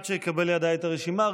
עד שאקבל לידי את הרשימה,